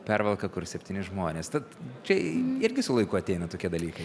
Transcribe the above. pervalką kur septyni žmonės tad čia irgi su laiku ateina tokie dalykai